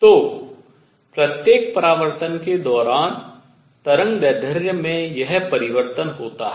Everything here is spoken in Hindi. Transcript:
तो प्रत्येक परावर्तन के दौरान तरंगदैर्ध्य में यह परिवर्तन होता है